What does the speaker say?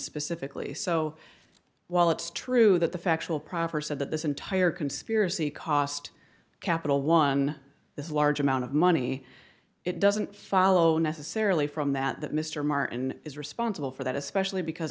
specifically so while it's true that the factual proffer said that this entire conspiracy cost capital one dollar this large amount of money it doesn't follow necessarily from that that mr martin is responsible for that especially because